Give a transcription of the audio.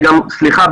סליחה,